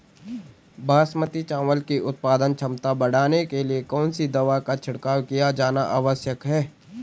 बासमती चावल की उत्पादन क्षमता बढ़ाने के लिए कौन सी दवा का छिड़काव किया जाना आवश्यक है?